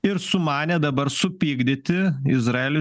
ir sumanė dabar supykdyti izraelį